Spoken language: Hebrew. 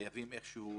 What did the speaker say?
החייבים איכשהו,